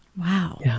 wow